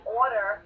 order